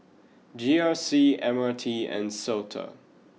G R C M R T and Sota